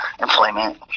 employment